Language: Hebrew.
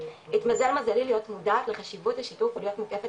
התמזל מזלי להיות מודעת לחשיבות השיתוף ולהיות מוקפת